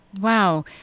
Wow